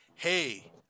hey